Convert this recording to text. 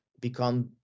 become